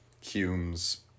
Hume's